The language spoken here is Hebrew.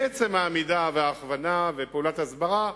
מעצם העמידה וההכוונה ופעולת ההסברה,